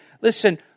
listen